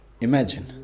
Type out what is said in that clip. imagine